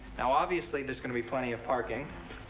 now, obviously, there's gonna be plenty of parking.